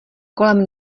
kolem